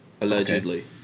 Allegedly